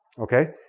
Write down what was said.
okay?